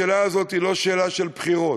לכן, השאלה הזאת היא לא שאלה של בחירות,